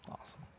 Awesome